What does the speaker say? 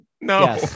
no